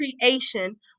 creation